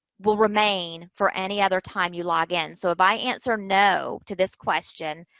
will remain for any other time you log in. so, if i answer no to this question,